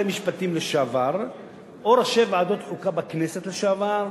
משפטים לשעבר או ראשי ועדות חוקה בכנסת לשעבר,